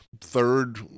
third